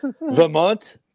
Vermont